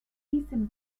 eastern